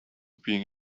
being